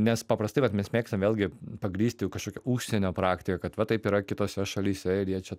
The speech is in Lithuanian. nes paprastai vat mes mėgstam vėlgi pagrįsti kažkokia užsienio praktika kad va taip yra kitose šalyse ir jie čia